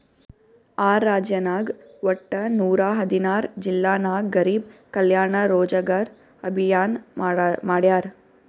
R ರಾಜ್ಯನಾಗ್ ವಟ್ಟ ನೂರಾ ಹದಿನಾರ್ ಜಿಲ್ಲಾ ನಾಗ್ ಗರಿಬ್ ಕಲ್ಯಾಣ ರೋಜಗಾರ್ ಅಭಿಯಾನ್ ಮಾಡ್ಯಾರ್